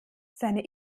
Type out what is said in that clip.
seine